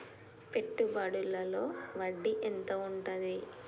పెట్టుబడుల లో వడ్డీ ఎంత ఉంటది?